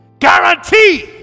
Guarantee